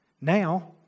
Now